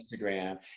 instagram